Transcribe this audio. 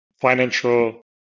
financial